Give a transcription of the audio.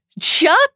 Chuck